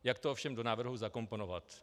Jak to ovšem do návrhu zakomponovat?